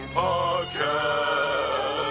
podcast